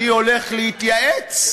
אני הולך להתייעץ.